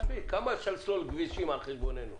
מספיק, כמה אפשר לסלול כבישים על חשבוננו?